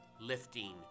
lifting